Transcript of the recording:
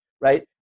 right